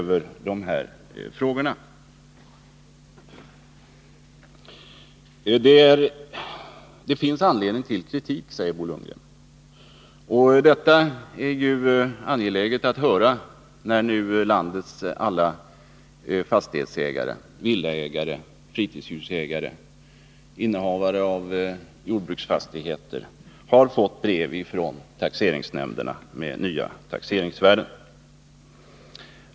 Bo Lundgren säger att det finns anledning till kritik, och detta är intressant att höra när nu landets alla fastighetsägare — villaägare, fritidshusägare och jordbrukare — har fått brev ifrån taxeringsnämnderna med nya taxeringsvärden.